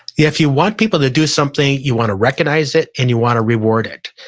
if you want people to do something, you wanna recognize it and you wanna reward it.